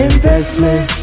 Investment